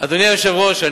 אדוני היושב-ראש,